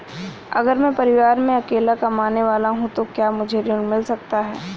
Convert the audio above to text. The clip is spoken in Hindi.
अगर मैं परिवार में अकेला कमाने वाला हूँ तो क्या मुझे ऋण मिल सकता है?